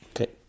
okay